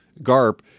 Garp